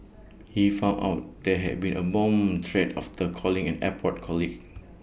he found out there had been A bomb threat after calling an airport colleague